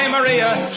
Maria